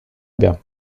gamme